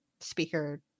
speaker